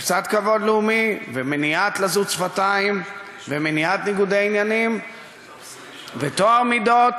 קצת כבוד לאומי ומניעת לזות שפתיים ומניעת ניגודי עניינים וטוהר מידות.